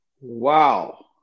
Wow